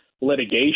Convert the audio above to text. litigation